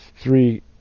three